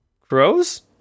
crows